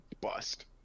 bust